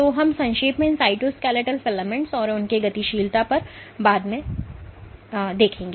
तो हम संक्षेप में इन साइटोस्केलेटल फिलामेंट्स और उनके गतिशीलता पर बाद में स्पर्श करेंगे